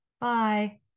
Bye